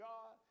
God